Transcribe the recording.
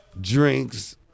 Drinks